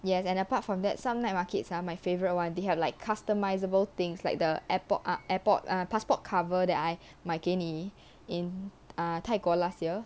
yes and apart from that some night markets ah my favourite one they have like customizable things like the airport ah airport ah passport cover that I 买给你 in err 泰国 last year